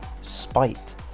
spite